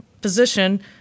position